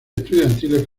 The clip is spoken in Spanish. estudiantiles